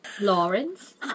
Lawrence